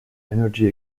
energy